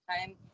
time